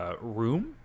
room